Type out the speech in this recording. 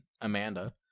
Amanda